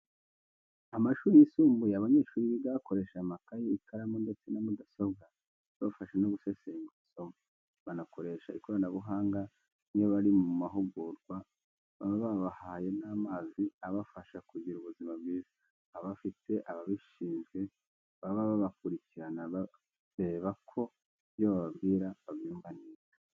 Amashuri yisumbuye abanyeshuri biga bakoresheje amakayi, ikaramu ndetse na mudasobwa ibafasha no gusesengura isomo, banakoresheje ikoranabuhanga, nk'iyo bari mu mahugurwa baba babahaye n'amazi abafasha kugira ubuzima bwiza. Baba bafite ababishizwe baba babakurikirana bareba ko ibyo bababwira babyumva neza.